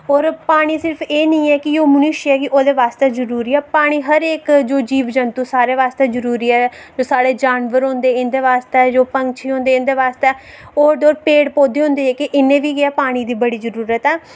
और पानी सिर्फ ऐ नेईं ऐ कि मनुष्य गी ओहदे आस्तै जरुरी पानी हर इक जीब जन्तु हर इक आस्तै जरुरी ऐ जो साढे़ जानबर होंदे इंदे आस्ते बी जो पंछी होंदे इंदे आस्तै बी और ते और पेड़ पौधे होंदे जेहके इनेंगी बी पानी बड़ी ज्यादा जरुरत ऐ